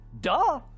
Duh